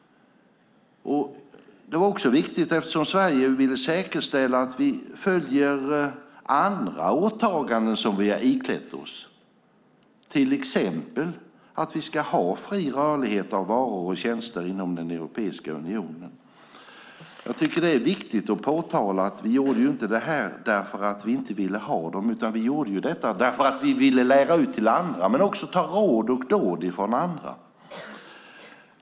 Det var också viktigt eftersom vi i Sverige ville säkerställa att vi lever upp till andra åtaganden som vi har iklätt oss, till exempel att vi ska ha fri rörlighet av varor och tjänster i den europeiska unionen. Det är viktigt att framhålla att vi gjorde detta inte därför att vi inte ville ha råden utan därför att vi ville lära ut till andra och också ta emot råd och dåd ifrån andra.